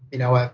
you know, ah